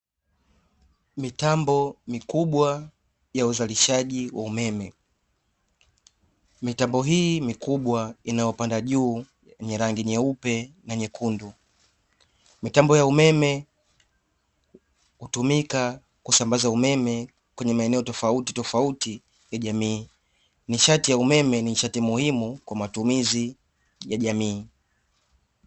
Mitambo mikubwa ya uzalishaji wa umeme. Mitambo hii mikubwa inayopanda juu yenye rangi nyeupe na nyekundu. Mitambo ya umeme hutumika kusambaza umeme kwenye maeneo tofautitofauti ya jamii. Nishati ya umeme ni nishati muhimu kwa matumizi ya jamii.